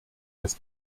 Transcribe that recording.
des